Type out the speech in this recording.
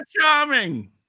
charming